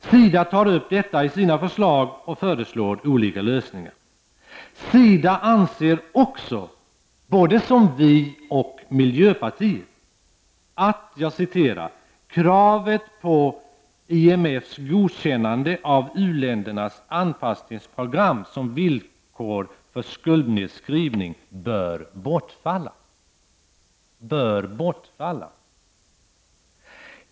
SIDA tar upp detta i sina förslag och föreslår olika lösningar. SIDA anser också som vpk och miljöpartiet att ”kravet på IMF:s godkännande av u-ländernas anpassningsprogram som villkor för skuldnedskrivning bör bortfalla”.